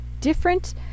different